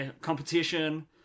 competition